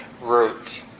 root